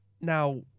Now